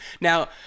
Now